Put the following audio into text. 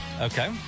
Okay